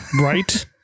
Right